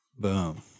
boom